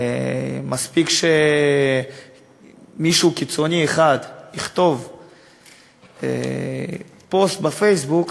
ומספיק שמישהו קיצוני אחד יכתוב פוסט בפייסבוק,